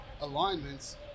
alignments